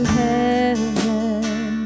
heaven